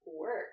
work